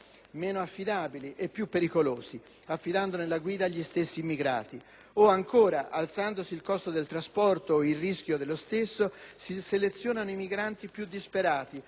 meno affidabili e più pericolosi, affidandone la guida agli stessi immigrati; o ancora, alzandosi il costo del trasporto o il rischio dello stesso, si selezionano i migranti più disperati